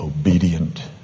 Obedient